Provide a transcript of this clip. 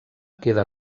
queda